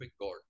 God